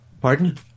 Pardon